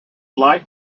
life